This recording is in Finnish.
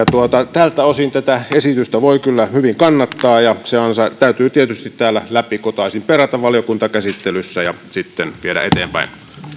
tältä osin tätä esitystä voi kyllä hyvin kannattaa se täytyy tietysti täällä läpikotaisin perata valiokuntakäsittelyssä ja sitten viedä eteenpäin